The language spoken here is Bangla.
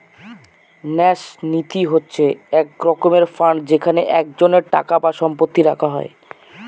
ন্যাস নীতি হচ্ছে এক রকমের ফান্ড যেখানে একজনের টাকা বা সম্পত্তি রাখা হয়